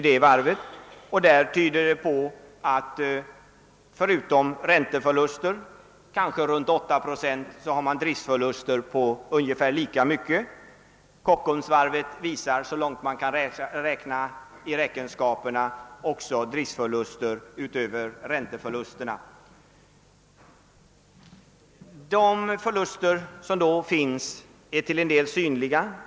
Detta tyder på att varvet bakom ränteförluster på i runt tal 8 procent även har driftförluster. på ungefär lika mycket. Kockumsvarvet visar så långt man kan se av räkenskaper driftförluster utöver ränteförlusterna. De förluster som då finns är till en del synliga.